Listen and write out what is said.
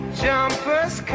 jumpers